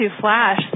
Flash